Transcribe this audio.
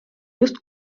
just